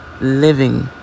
living